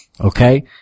Okay